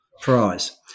prize